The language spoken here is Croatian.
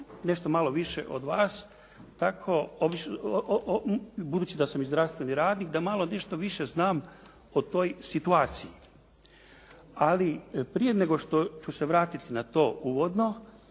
nešto malo više od vas, budući da sam i zdravstveni radnik da malo nešto više znam o toj situaciji. Ali prije nego što ću se vratiti na to uvodno,